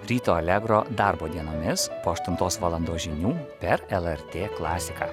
ryto allegro darbo dienomis po aštuntos valandos žinių per lrt klasiką